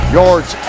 yards